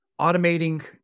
automating